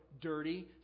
dirty